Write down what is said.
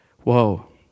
Whoa